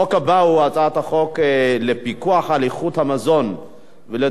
ועדת המדע.